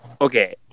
okay